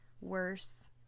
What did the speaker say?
worse